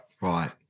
Right